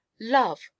love